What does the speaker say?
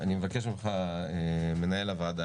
אני מבקש ממך מנהל הוועדה,